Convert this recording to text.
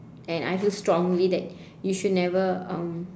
and I feel strongly that you should never um